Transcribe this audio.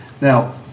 Now